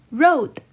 road